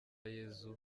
yezu